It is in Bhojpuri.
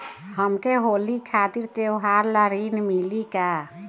हमके होली खातिर त्योहार ला ऋण मिली का?